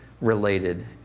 related